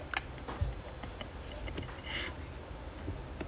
actually damn sad eh can you imagine damn sad I don't know why they even give award for [what]